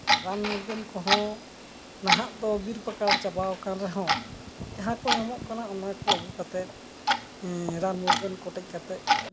ᱨᱟᱱ ᱢᱩᱨᱜᱟᱹᱱ ᱠᱚᱦᱚᱸ ᱱᱟᱦᱟᱜ ᱫᱚ ᱵᱤᱨ ᱯᱟᱠᱟᱲ ᱪᱟᱵᱟᱣ ᱠᱟᱱ ᱨᱮᱦᱚᱸ ᱡᱟᱦᱟᱸ ᱠᱚ ᱧᱟᱢᱚᱜ ᱠᱟᱱᱟ ᱚᱱᱟ ᱠᱚ ᱟᱹᱜᱩ ᱠᱟᱛᱮ ᱨᱟᱱ ᱢᱩᱨᱜᱟᱹᱱ ᱠᱚᱴᱮᱡ ᱠᱟᱛᱮ